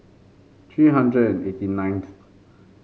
three hundred and eighty ninth